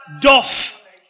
Doth